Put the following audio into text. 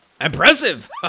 impressive